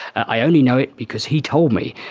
i only know it because he told me,